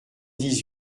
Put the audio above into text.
dix